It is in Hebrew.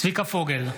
צביקה פוגל,